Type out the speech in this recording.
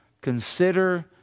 Consider